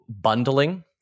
bundling